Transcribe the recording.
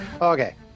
Okay